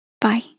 Bye